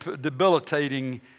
debilitating